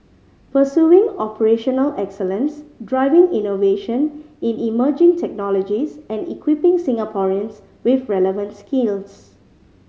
pursuing operational excellence driving innovation in emerging technologies and equipping Singaporeans with relevant skills